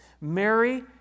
Mary